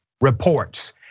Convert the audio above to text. reports